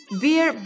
beer